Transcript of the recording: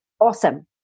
awesome